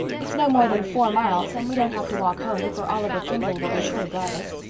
it's no more than four miles and we won't have to walk home, for oliver kimball will be sure to drive us.